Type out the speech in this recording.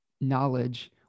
knowledge